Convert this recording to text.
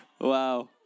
Wow